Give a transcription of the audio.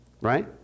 right